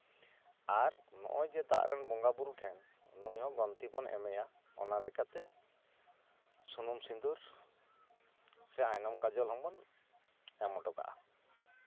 ᱟᱨ ᱱᱚᱜᱼᱚᱭ ᱡᱮ ᱫᱟᱜ ᱨᱮᱱ ᱵᱚᱸᱜᱟ ᱵᱳᱨᱳ ᱴᱷᱮᱱ ᱱᱩᱭ ᱦᱚᱸ ᱜᱩᱱᱛᱤ ᱵᱚᱱ ᱮᱢᱮᱭᱟ ᱚᱱᱟ ᱞᱮᱠᱟᱛᱮ ᱥᱩᱱᱩᱢ ᱥᱤᱸᱫᱩᱨ ᱥᱮ ᱟᱭᱱᱚᱢ ᱠᱟᱡᱚᱞ ᱦᱚᱸᱵᱚᱱ ᱮᱢ ᱦᱚᱴᱚ ᱠᱟᱜᱼᱟ